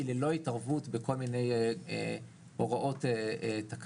ללא התערבות של כול מני הוראות תכ"מ,